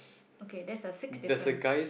okay that's the six difference